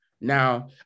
now